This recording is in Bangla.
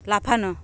লাফানো